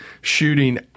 Shooting